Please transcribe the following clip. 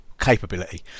capability